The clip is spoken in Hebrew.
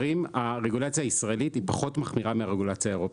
הרגולציה הישראלית היא פחות מחמירה מהרגולציה האירופית.